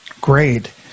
Great